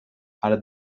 are